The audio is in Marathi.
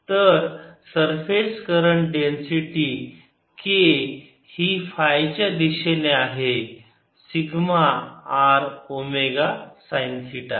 तर सरफेस करंट डेन्सिटी K ही फाय च्या दिशेने आहे sigma R omega sine theta